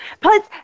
Plus